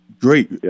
great